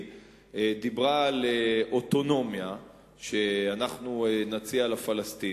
דיברה על אוטונומיה שאנחנו נציע לפלסטינים,